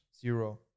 Zero